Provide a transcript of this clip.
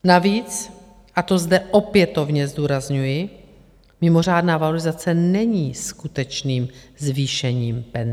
Navíc, a to zde opětovně zdůrazňuji, mimořádná valorizace není skutečným zvýšením penzí.